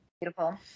Beautiful